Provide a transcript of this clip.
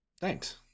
thanks